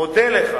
מודה לך